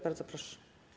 Bardzo proszę.